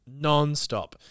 nonstop